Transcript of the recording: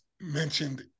mentioned